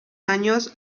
años